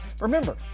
Remember